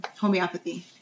homeopathy